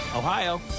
Ohio